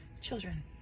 children